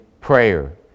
prayer